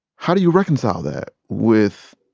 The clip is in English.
how do you reconcile that with,